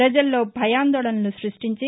ప్రజల్లో భయాందోళనలను సృష్టించి